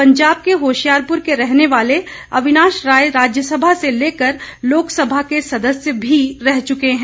पंजाब के होशियारपुर के रहने वाले अविनाश राय राज्य सभा से लेकर लोकसभा के सदस्य भी रह चुके हैं